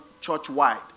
church-wide